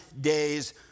day's